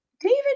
David